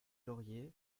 lauriers